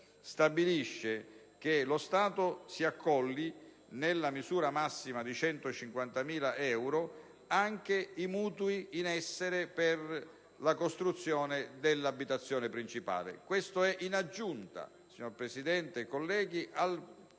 stabilisce che lo Stato si accolli, nella misura massima di 150.000 euro, anche i mutui in essere per la costruzione dell'abitazione principale. Ciò in aggiunta, signor Presidente e colleghi, al provvedimento